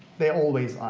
they always are,